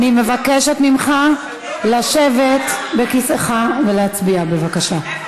אני מבקשת ממך לשבת בכיסאך ולהצביע, בבקשה.